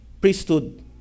priesthood